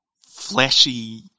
fleshy